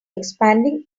expanding